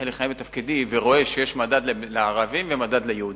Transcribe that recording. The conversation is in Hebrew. לכהן בתפקידי ורואה שיש מדד לערבים ומדד ליהודים.